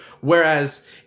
whereas